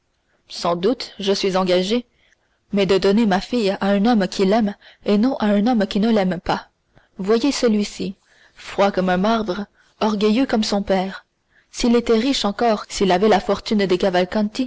sans doute je suis engagé mais de donner ma fille à un homme qui l'aime et non à un homme qui ne l'aime pas voyez celui-ci froid comme un marbre orgueilleux comme son père s'il était riche encore s'il avait la fortune des